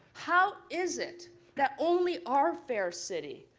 how is it that only our fair city,